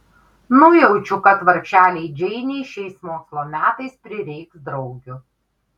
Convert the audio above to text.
nujaučiu kad vargšelei džeinei šiais mokslo metais prireiks draugių